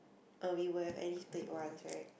or we would have at least played once right